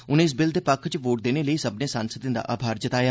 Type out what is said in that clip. उनें इस बिल दे पक्ख च वोट देने लेई सब्मने सांसदें दा आभार जताया